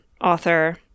author